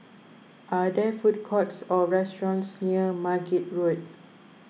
are there food courts or restaurants near Margate Road